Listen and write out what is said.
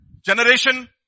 generation